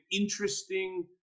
interesting